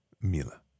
Mila